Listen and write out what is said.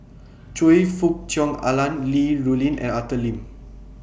Choe Fook Cheong Alan Li Rulin and Arthur Lim